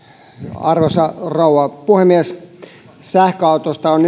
arvoisa rouva puhemies sähköautoista on